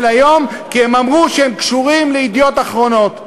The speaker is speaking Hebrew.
היום" כי הם אמרו שהם קשורים ל"ידיעות אחרונות".